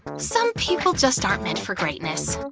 some people just aren't meant for greatness.